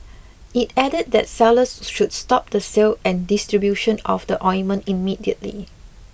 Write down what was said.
it added that sellers should stop the sale and distribution of the ointment immediately